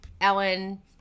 Ellen